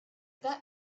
that